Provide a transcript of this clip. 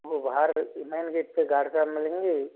वो बाहर main gate पे गार्ड साहब मिलेंगे